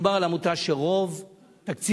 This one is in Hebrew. מדובר על עמותה שרוב תקציבה,